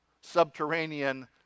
subterranean